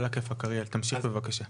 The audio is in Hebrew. אריאל, תמשיך בבקשה.